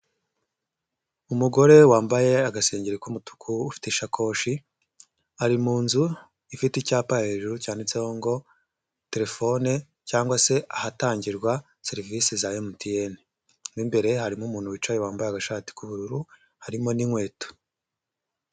Umugore we wambaye agasengeri k'umutuku ufite ishakoshi, ari mu nzu ifite icyapa hejuru cyanditseho ngo telefone cyangwa se ahatangirwa serivise za MTN, mu imbere harimo umuntu wicaye wambaye agashati k'ubururu, harimo n'inkweto.